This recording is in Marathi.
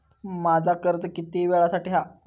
माझा कर्ज किती वेळासाठी हा?